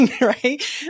right